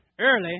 early